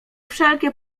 wszelkie